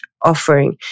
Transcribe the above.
Offering